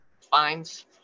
fines